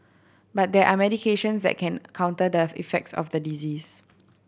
but there are medications that can counter the effects of the disease